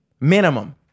minimum